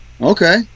okay